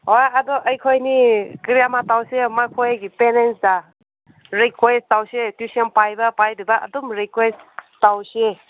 ꯍꯣꯏ ꯑꯗꯣ ꯑꯩꯈꯣꯏꯅꯤ ꯀꯔꯤ ꯑꯃ ꯇꯧꯁꯦ ꯃꯈꯣꯏꯒꯤ ꯄꯦꯔꯦꯟꯁꯇꯥ ꯔꯤꯀꯣꯏꯁ ꯇꯧꯁꯦ ꯇ꯭ꯌꯨꯁꯟ ꯄꯥꯏꯕ ꯄꯥꯏꯗꯕ ꯑꯗꯨꯝ ꯔꯤꯀꯣꯏꯁ ꯇꯧꯁꯦ